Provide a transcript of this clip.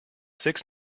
six